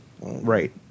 Right